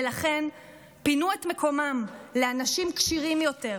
ולכן פינו את מקומם לאנשים כשירים יותר.